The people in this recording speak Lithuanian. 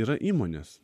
yra įmonės